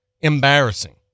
embarrassing